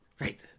Right